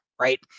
right